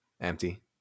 empty